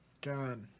God